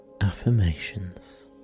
affirmations